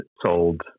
sold